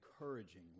encouraging